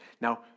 Now